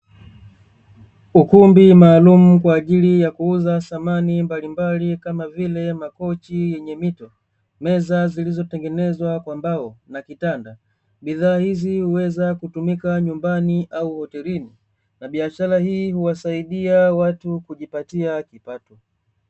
Ukumbi maalum kwaajili ya kuuza samani mbalimbali kama vile; makochi yenye mito, meza zilizotengenezwa kwa mbao na kitanda. Bidhaa hizi zinaweza kutumika nyumbani au hotelini na biashara hii huwasaidia watu kujipatia kipato.